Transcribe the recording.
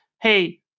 Hey